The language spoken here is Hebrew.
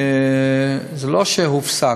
זה לא שזה הופסק.